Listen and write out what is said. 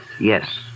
Yes